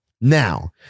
Now